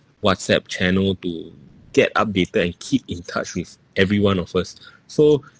WhatsApp channel to get updated and keep in touch with every one of us so